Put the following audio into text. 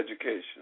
education